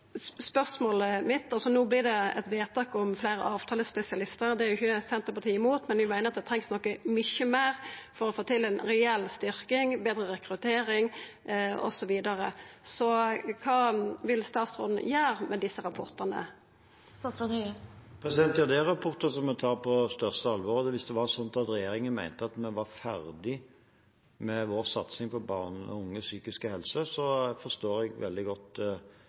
No vert det altså eit vedtak om fleire avtalespesialistar, og det er ikkje Senterpartiet imot, men vi meiner at det trengst mykje meir for å få til ei reell styrking, betre rekruttering osv. Så kva vil statsråden gjera med desse rapportane? Ja, det er rapporter som vi tar på største alvor. Hvis det var slik at regjeringen mente at vi var ferdige med vår satsing på barn og unges psykiske helse, så forstår jeg veldig godt